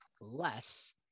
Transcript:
less